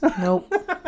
Nope